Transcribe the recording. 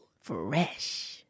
Fresh